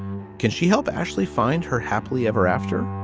can she help ashley find her happily ever after?